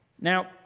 now